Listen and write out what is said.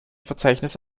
verzeichnis